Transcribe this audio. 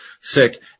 sick